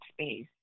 space